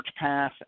SearchPath